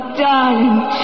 darling